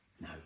no